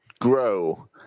grow